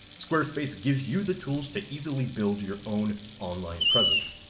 squarespace gives you the tools to easily build your own online presence.